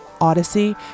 Odyssey